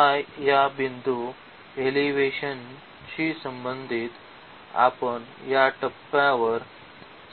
आणि या बिंदू इलेव्हनशी संबंधित आपण या टप्प्यावर